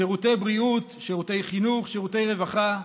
שירותי בריאות, שירותי חינוך ושירותי רווחה,